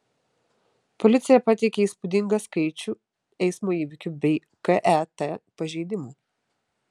policija pateikė įspūdingą skaičių eismo įvykių bei ket pažeidimų